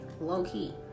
low-key